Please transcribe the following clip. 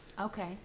Okay